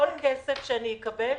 כל כסף שאני אקבל,